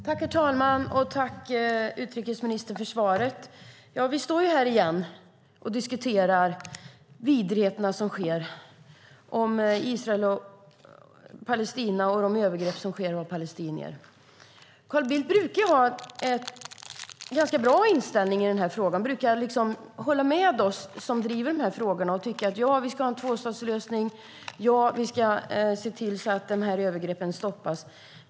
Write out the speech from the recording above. Herr talman! Jag tackar utrikesministern för svaret. Nu står vi här igen och diskuterar de vidrigheter som sker i fråga om Israels övergrepp på palestinier. Carl Bildt brukar ha en ganska bra inställning i denna fråga. Han brukar hålla med oss som driver denna fråga och tycka att vi ska ha en tvåstatslösning och se till att dessa övergrepp stoppas.